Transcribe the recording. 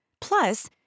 Plus